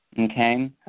Okay